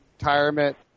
retirement